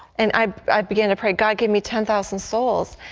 and i began to pray, give me ten thousand so foes.